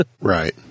Right